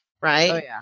right